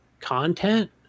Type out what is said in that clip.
content